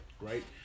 Right